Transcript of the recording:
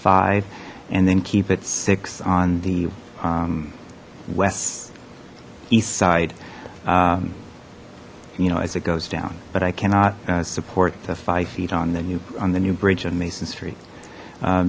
five and then keep it six on the west east side you know as it goes down but i cannot support the five feet on the new on the new bridge on mason street